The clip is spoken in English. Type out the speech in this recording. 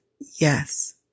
Yes